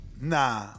Nah